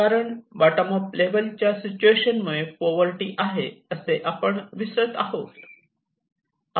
कारण bottom level च्या situation मुळे पोवर्टी आहे असे आपण विसरत आहोत